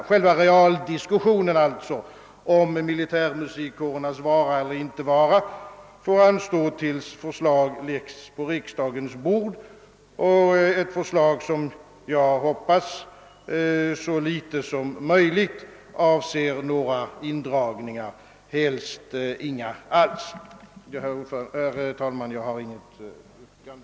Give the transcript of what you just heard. Själva realdiskussionen om militärmusikkårernas vara eller inte vara får anstå till dess att förslag läggs på riksdagens bord. Jag hoppas, att detta förslag så litet som möjligt skall avse några indragningar, helst inga alls. Herr talman! Jag har inget yrkande.